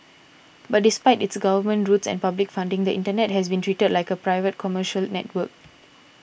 but despite its government roots and public funding the Internet has been treated like a private commercial network